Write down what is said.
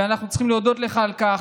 ואנחנו צריכים להודות לך על כך.